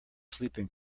sleeping